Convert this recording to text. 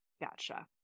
gotcha